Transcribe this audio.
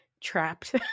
trapped